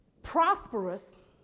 Prosperous